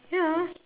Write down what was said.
ya